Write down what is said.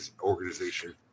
organization